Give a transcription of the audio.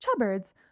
Chubbard's